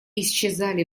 исчезали